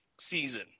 season